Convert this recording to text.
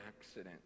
accident